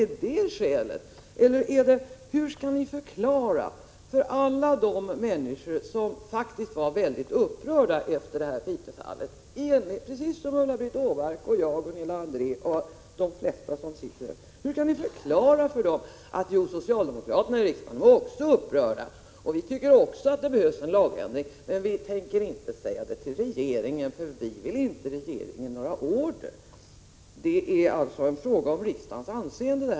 Är det skälet, eller hur skall ni förklara det för alla de människor som faktiskt var väldigt upprörda efter Piteåfallet, precis som Ulla-Britt Åbark, Gunilla André, jag och de flesta som sitter här? Skall ni säga: ”Jo, vi socialdemokrater är också upprörda och tycker också att det behövs en lagändring, men vi tänker inte säga det till regeringen, för vi vill inte ge regeringen några order”? Herr talman! Här är det fråga om riksdagens anseende.